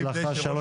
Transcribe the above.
יש לך שלוש דקות.